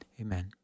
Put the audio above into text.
Amen